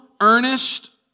earnest